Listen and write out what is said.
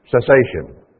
cessation